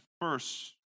first